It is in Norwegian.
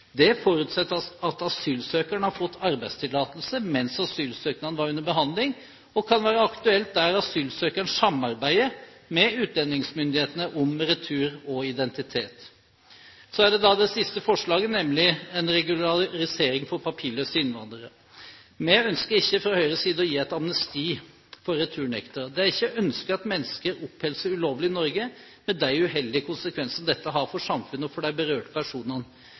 Det forutsetter at asylsøkeren har fått arbeidstillatelse mens asylsøknaden var under behandling, og kan være aktuelt der hvor asylsøkeren samarbeider med utlendingsmyndighetene om retur og identitet. Så er det da det siste forslaget, nemlig forslag om en regularisering for papirløse innvandrere. Vi ønsker ikke fra Høyres side å gi et amnesti for returnektere. Det er ikke ønskelig at mennesker oppholder seg ulovlig i Norge, med de uheldige konsekvensene dette har for samfunnet og for de berørte